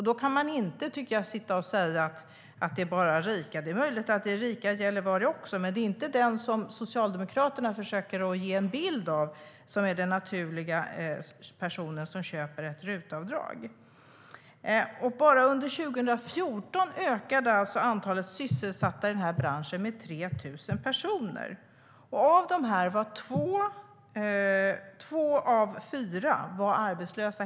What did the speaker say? Då kan man inte gärna säga att det bara är rika som utnyttjar dessa tjänster - det är möjligt att det är rika i Gällivare också, men den person som utnyttjar RUT-avdrag är inte den person som Socialdemokraterna målar upp. Bara under 2014 ökade alltså antalet sysselsatta i den här branschen med 3 000 personer. Av dessa var två av fyra arbetslösa.